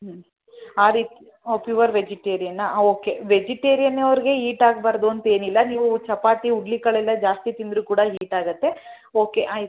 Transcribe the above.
ಹ್ಞೂ ಆ ರೀತಿ ಓ ಪ್ಯೂವರ್ ವೆಜಿಟೇರಿಯನ್ನಾ ಹಾಂ ಓಕೆ ವೆಜಿಟೇರಿಯನ್ ಅವರಿಗೆ ಯೀಟ್ ಆಗಬಾದ್ರು ಅಂತ ಏನಿಲ್ಲ ನೀವು ಚಪಾತಿ ಉಡ್ಲಿ ಕಾಳೆಲ್ಲ ಜಾಸ್ತಿ ತಿಂದ್ರೂ ಕೂಡ ಹೀಟ್ ಆಗುತ್ತೆ ಓಕೆ ಆಯ್ತು